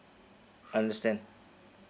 understand